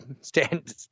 stand